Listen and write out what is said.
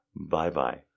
Bye-bye